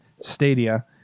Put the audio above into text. stadia